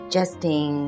Justin